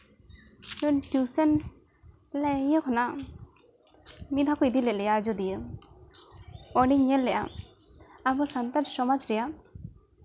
tuition ᱤᱭᱟᱹ ᱠᱷᱚᱱᱟᱜ ᱢᱤᱫ ᱫᱷᱟᱶ ᱠᱚ ᱤᱫᱤ ᱞᱮᱜ ᱞᱮᱭᱟ ᱟᱡᱳᱫᱤᱭᱟᱹ ᱚᱸᱰᱮᱧ ᱧᱮᱞ ᱞᱮᱜᱼᱟ ᱟᱵᱚ ᱥᱟᱱᱛᱟᱲ ᱥᱚᱢᱟᱡᱽ ᱨᱮᱭᱟᱜ